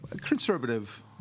conservative